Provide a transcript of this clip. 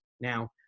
Now